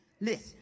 Listen